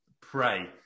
pray